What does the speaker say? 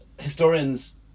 historians